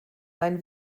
dein